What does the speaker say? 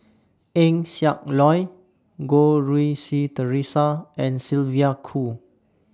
Eng Siak Loy Goh Rui Si Theresa and Sylvia Kho